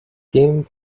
came